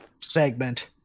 segment